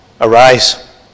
Arise